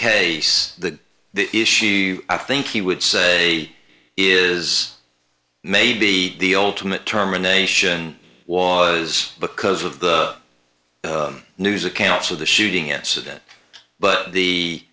case that the issue i think he would say is made the ultimate terminations was because of the news accounts of the shooting incident but the